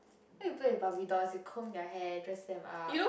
why you play with Barbie dolls you comb their hair dress them up